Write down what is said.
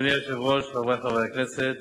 אדוני היושב-ראש, חברי חברי הכנסת,